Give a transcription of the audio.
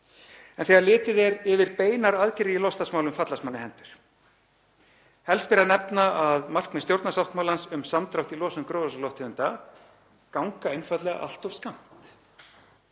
En þegar litið er yfir beinar aðgerðir í loftslagsmálum fallast manni hendur. Helst ber að nefna að markmið stjórnarsáttmálans um samdrátt í losun gróðurhúsalofttegunda ganga einfaldlega allt of skammt.